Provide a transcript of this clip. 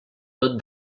tot